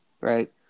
Right